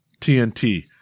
TNT